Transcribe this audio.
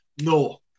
No